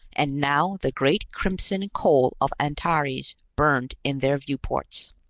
and now the great crimson coal of antares burned in their viewports.